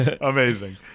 Amazing